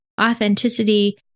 authenticity